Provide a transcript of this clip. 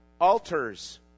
Altars